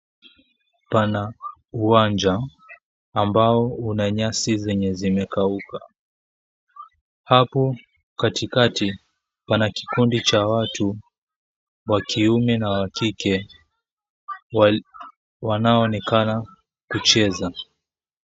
Pana uwanja ambao una nyasi zilizokauka, hapo katikati pana kikundi cha watu wa kiume na wa kike wanaoonekana kucheza.